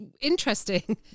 interesting